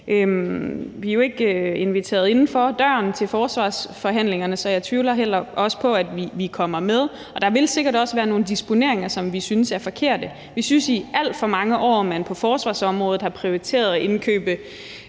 Vi er jo ikke inviteret inden for døren til forsvarsforhandlingerne, og jeg tvivler også på, at vi kommer med. Der vil sikkert også være nogle disponeringer, som vi synes er forkerte. Vi synes, at man i alt for mange år på forsvarsområdet har prioriteret at indkøbe